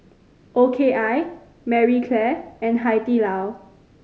O K I Marie Claire and Hai Di Lao